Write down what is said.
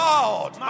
Lord